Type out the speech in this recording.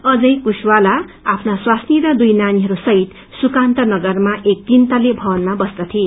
अजय कुशवाहा आफ्ना स्वास्नी र दुइ नानीहरू सहित सुकान्त नगरमा एक तीनतल्ले भवनमा बस्दये